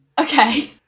Okay